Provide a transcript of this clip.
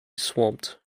swamped